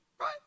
Right